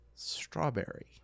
strawberry